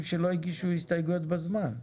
יש אנשים שלא הגישו הסתייגויות בזמן.